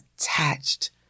attached